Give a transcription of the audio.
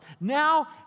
now